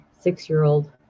six-year-old